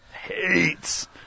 hates